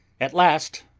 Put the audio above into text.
at last,